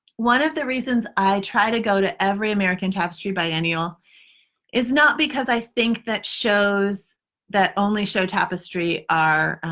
one of the reasons i try to go to every american tapestry biennial is not because i think that shows that only show tapestry are